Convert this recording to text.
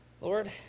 Lord